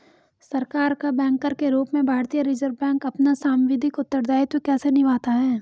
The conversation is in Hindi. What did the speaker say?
सरकार का बैंकर के रूप में भारतीय रिज़र्व बैंक अपना सांविधिक उत्तरदायित्व कैसे निभाता है?